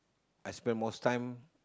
I spend most time